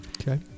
Okay